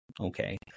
okay